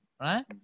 right